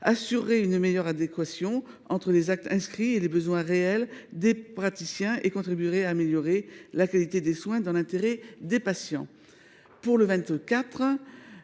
assurerait une meilleure adéquation entre les actes inscrits et les besoins réels des praticiens et contribuerait à améliorer la qualité des soins dans l’intérêt des patients. Si vous